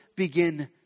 begin